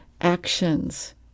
actions